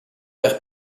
perd